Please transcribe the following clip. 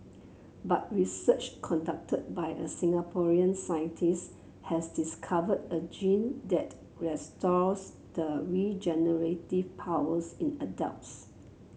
but research conducted by a Singaporean scientist has discovered a gene that restores the regenerative powers in adults